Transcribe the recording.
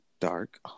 dark